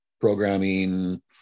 programming